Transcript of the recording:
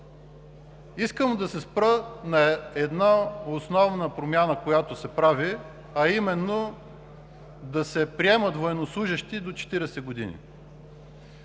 Искам да се спра на една основна промяна, която се прави, а именно да се приемат военнослужещи до 40 години.